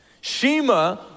Shema